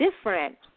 different